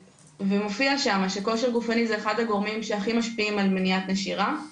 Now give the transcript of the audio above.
ומופיע שם שכושר גופני זה אחד הדברים שהכי משפיעים על מניעת נשירה.